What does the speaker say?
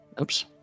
Oops